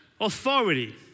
authority